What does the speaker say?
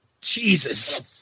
Jesus